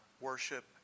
Worship